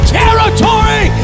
territory